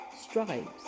Stripes